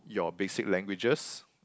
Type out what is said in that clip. your basic languages